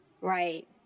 Right